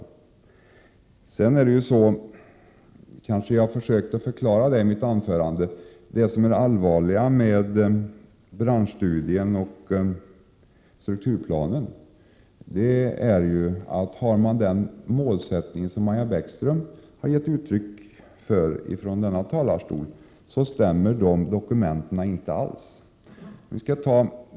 Det allvarliga med branschstudien och strukturplanen — kanske försökte jag förklara det i mitt huvudanförande — är att de dokumenten inte alls stämmer överens med den målsättning som Maja Bäckström har givit uttryck för här i talarstolen.